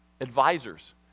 advisors